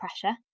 pressure